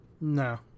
no